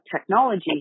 technology